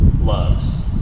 loves